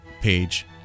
page